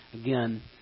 again